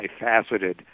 multifaceted